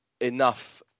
enough